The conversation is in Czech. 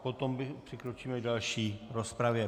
Potom přikročíme k další rozpravě.